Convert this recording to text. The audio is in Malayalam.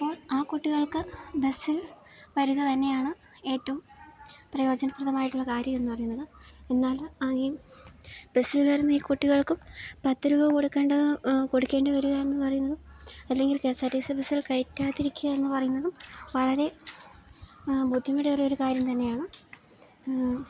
അപ്പോൾ ആ കുട്ടികൾക്ക് ബസ്സിൽ വരിക തന്നെയാണ് ഏറ്റവും പ്രയോജനപ്രദമായിട്ടുള്ള കാര്യം എന്നു പറയുന്നത് എന്നാൽ ഈ ബസ്സിൽ വരുന്ന ഈ കുട്ടികൾക്കും പത്ത് രൂവ കൊടുക്കേണ്ടത് കൊടുക്കേണ്ടി വരുക എന്ന് പറയുന്നും അല്ലെങ്കിൽ K S R T C ബസിൽ കയറ്റാതിരിക്കുക എന്നു പറയുന്നതും വളരെ ബുദ്ധിമുട്ടേറിയ ഒരു കാര്യം തന്നെയാണ്